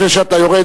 לפני שאתה יורד,